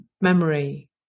memory